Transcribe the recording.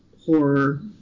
horror